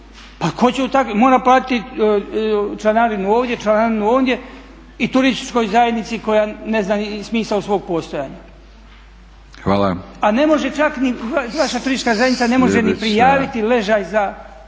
Pa tko će u takvim, mora platiti članarinu ovdje, članarinu ondje i turističkoj zajednici koja ne zna ni smisao svog postojanja. …/Upadica: Hvala./… A ne može čak ni, vaša turistička zajednica ne može ni prijaviti ležaj za